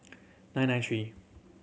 nine nine three